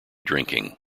drinking